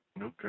Okay